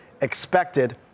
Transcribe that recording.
expected